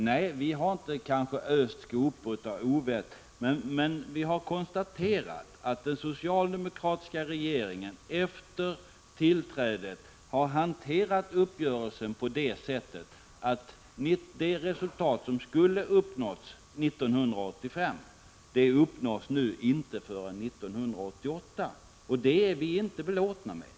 Nej, vi har inte öst skopor av ovett över någon, men vi konstaterar att den socialdemokratiska regering som tillträdde hanterade uppgörelsen på det sättet att det resultat som skulle ha uppnåtts 1985 inte uppnås förrän 1988. Det är vi inte belåtna med.